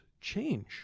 change